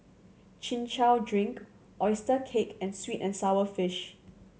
Chin Chow drink oyster cake and sweet and sour fish